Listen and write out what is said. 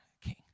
king